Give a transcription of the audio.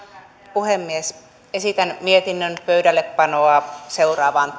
puhemies esitän mietinnön pöydällepanoa seuraavaan